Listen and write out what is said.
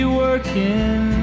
working